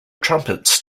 trumpets